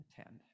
attend